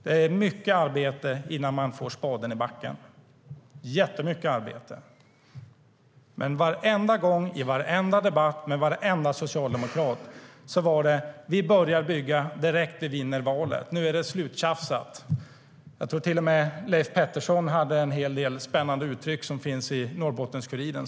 Det är mycket arbete innan man får spaden i backen - jättemycket arbete! Men varenda gång i varenda debatt med varenda socialdemokrat hörde man: Vi börjar bygga direkt när vi vinner valet. Nu är det sluttjafsat! Jag tror till och med att Leif Pettersson hade en del spännande uttryck som finns i Norrbottens-Kuriren.